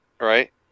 right